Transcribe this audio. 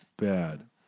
Bad